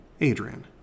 Adrian